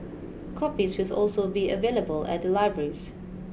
copies was also be available at the libraries